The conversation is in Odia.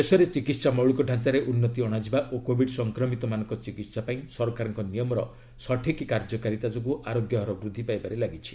ଦେଶରେ ଚିକିତ୍ସା ମୌଳିକ ଢାଞ୍ଚାରେ ଉନ୍ତି ଅଣାଯିବା ଓ କୋବିଡ୍ ସଂକ୍ରମିତମାନଙ୍କ ଚିକିହା ପାଇଁ ସରକାରଙ୍କ ନିୟମର ସଠିକ୍ କାର୍ଯ୍ୟକାରିତା ଯୋଗୁଁ ଆରୋଗ୍ୟ ହାର ବୃଦ୍ଧି ପାଇବାରେ ଲାଗିଛି